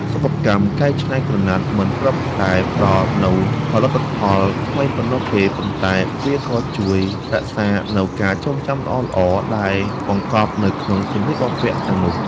សិប្បកម្មកែច្នៃក្រណាត់មិនត្រឹមតែផ្ដល់នូវផលិតផលថ្មីប៉ុណ្ណោះទេ ប៉ុន្តែ វាក៏ជួយរក្សាទុកនូវការចងចាំល្អៗដែលបង្កប់នៅក្នុងសម្លៀកបំពាក់ទាំងនោះ។